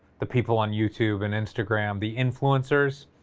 the people on youtube and instagram. the influencers.